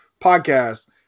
podcast